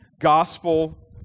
Gospel